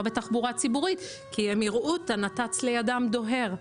בתחבורה ציבורית כי הם יראו את הנת"צ לידם דוהר.